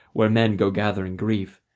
where men go gathering grief.